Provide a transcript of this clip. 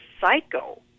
Psycho